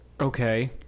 okay